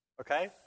okay